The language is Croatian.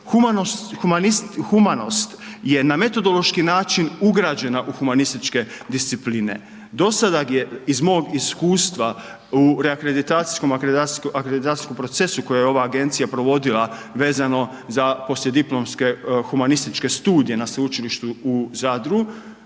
humanost, je na metodološki način ugrađena u humanističke discipline. Dosada je iz mog iskustva u akreditacijskom procesu koji je ova agencija provodila vezano za poslijediplomske humanističke studije na Sveučilištu u Zadru,